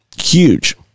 huge